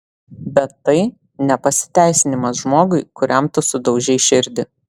bet tai ne pasiteisinimas žmogui kuriam tu sudaužei širdį